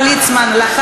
אני יודע